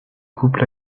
couple